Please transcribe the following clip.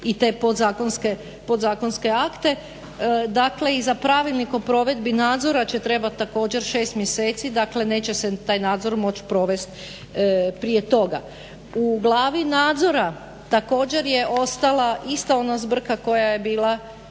i te podzakonske akte. Dakle, i za Pravilnik o provedbi nadzora će trebati također 6 mjeseci. Dakle, neće se taj nadzor moći provest prije toga. U glavi nadzora također je ostala ista ona zbrka koja je bila